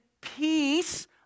peace